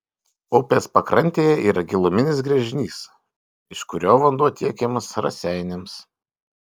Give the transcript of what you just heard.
upės pakrantėje yra giluminis gręžinys iš kurio vanduo tiekiamas raseiniams